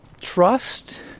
trust